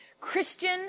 Christian